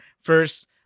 first